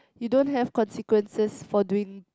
you don't have consequences for doing